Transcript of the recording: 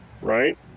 right